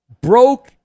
broke